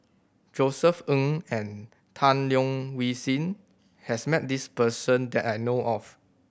Josef Ng and Tan Leo Wee Hin has met this person that I know of